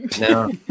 No